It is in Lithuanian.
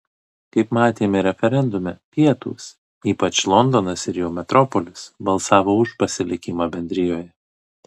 kaip matėme referendume pietūs ypač londonas ir jo metropolis balsavo už pasilikimą bendrijoje